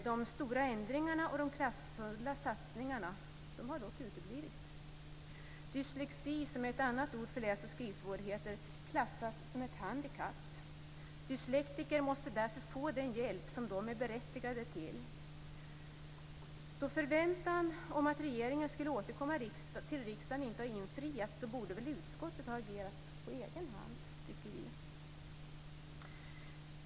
De stora ändringarna och de kraftfulla satsningarna har dock uteblivit. Dyslexi, som är ett annat ord för läs och skrivsvårigheter, klassas som ett handikapp. Dyslektiker måste därför få den hjälp de är berättigade till. Då förväntan om att regeringen skulle återkomma till riksdagen inte har infriats borde utskottet ha agerat på egen hand, tycker vi.